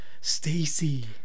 Stacy